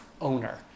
owner